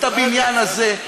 ואת הבניין הזה,